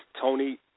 Tony